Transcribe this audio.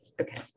okay